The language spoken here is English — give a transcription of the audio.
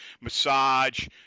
massage